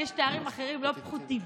לי יש תארים אחרים, לא פחותים.